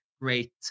great